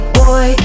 boy